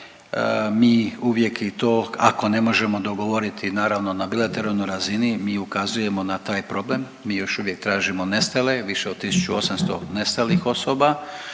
Mi uvijek i to ako ne možemo dogovoriti naravno na bilateralnoj razini mi ukazujemo na taj problem, mi još uvijek tražimo nestale. Više od 1800 nestalih osoba.